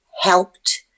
helped